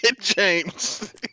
James